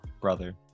brother